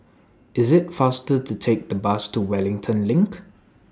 IS IT faster to Take The Bus to Wellington LINK